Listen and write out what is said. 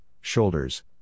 shoulders